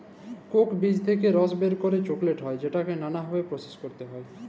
Coke বীজ থেক্যে রস বের করে চকলেট হ্যয় যেটাকে লালা ভাবে প্রসেস ক্যরতে হ্য়য়